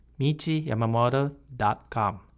michiyamamoto.com